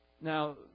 Now